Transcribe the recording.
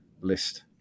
list